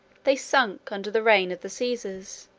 they sunk, under the reign of the caesars,